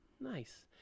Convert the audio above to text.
Nice